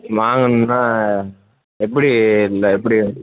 வாங்கணுன்னா எப்படி இந்த எப்படி